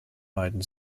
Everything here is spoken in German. beiden